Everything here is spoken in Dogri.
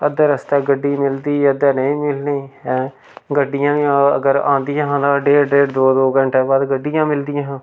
अद्धे रस्ते गड्डी मिलदी अद्धे नेईं मिलनी हैं गड्डियां बी अगर औंदियां हां ता डेढ़ डेढ़ दो दो घैंटैं बाद गड्डियां मिलदियां हां